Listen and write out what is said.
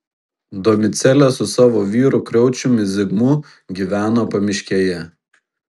domicėlė su savo vyru kriaučium zigmu gyveno pamiškėje